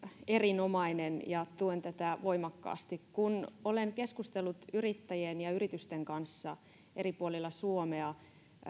erinomainen ja tuen tätä voimakkaasti kun olen keskustellut yrittäjien ja yritysten kanssa eri puolilla suomea